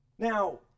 Now